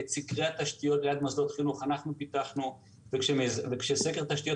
את סקרי התשתיות ליד מוסדות חינוך אנחנו פיתחנו וכשסקר תשתיות